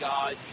God